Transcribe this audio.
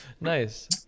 nice